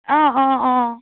অঁ অঁ অঁ